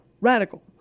radical